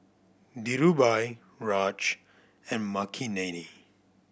Dhirubhai Raj and Makineni